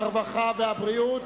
הרווחה והבריאות